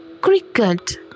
Cricket